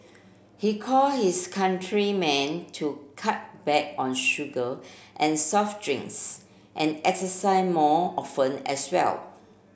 he call for his countrymen to cut back on sugar and soft drinks and exercise more often as well